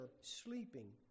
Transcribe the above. sleeping